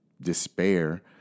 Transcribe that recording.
despair